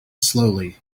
slowly